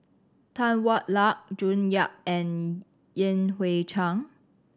Tan Hwa Luck June Yap and Yan Hui Chang